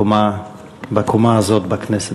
בקומה הזאת בכנסת.